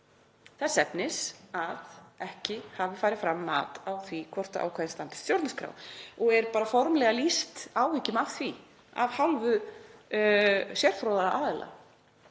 þess efnis að ekki hafi farið fram mat á því hvort ákvæði standist stjórnarskrá og er bara formlega lýst áhyggjum af því af hálfu sérfróðra aðila,